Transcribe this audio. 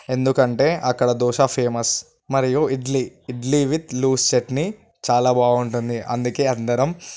ఎందుకంటే అక్కడ దోశ ఫేమస్ మరియు ఇడ్లీ ఇడ్లీ విత్ లూస్ చట్నీ చాలా బాగుంటుంది అందుకే అందరం